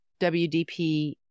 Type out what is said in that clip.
WDP